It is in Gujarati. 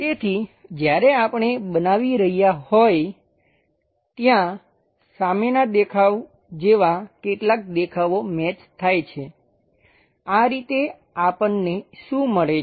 તેથી જ્યારે આપણે બનાવી રહ્યા હોય ત્યાં સામેનાં દેખાવ જેવા કેટલાક દેખાવો મેચ થાય છે આ રીતે આપણને શું મળે છે